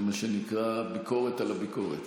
זה מה שנקרא ביקורת על הביקורת.